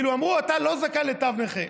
כלומר, אומרים לו: אתה לא זכאי לתו נכה.